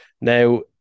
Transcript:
Now